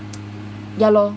ya lor